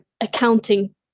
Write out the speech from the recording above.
accounting